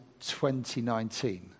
2019